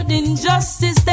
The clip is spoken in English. injustice